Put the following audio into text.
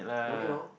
don't need horn